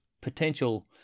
potential